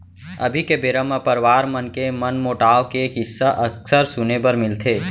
अभी के बेरा म परवार मन के मनमोटाव के किस्सा अक्सर सुने बर मिलथे